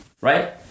right